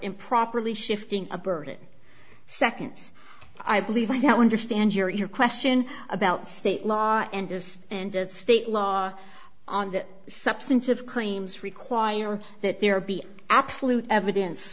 improperly shifting a bird it seconds i believe i don't understand your question about state law and this and state law on the substantive claims require that there be absolute evidence